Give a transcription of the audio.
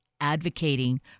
advocating